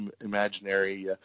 imaginary